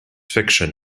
fiction